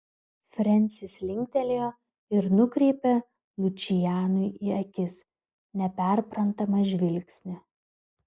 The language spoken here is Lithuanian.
frensis linktelėjo ir nukreipė lučianui į akis neperprantamą žvilgsnį